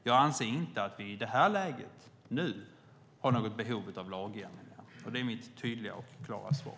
Jag anser inte att vi i nuvarande läge har något behov av lagändringar. Det är mitt tydliga och klara svar.